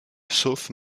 sauf